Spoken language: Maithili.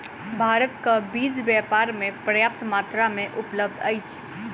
भारतक बीज बाजार में पर्याप्त मात्रा में उपलब्ध अछि